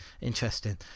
Interesting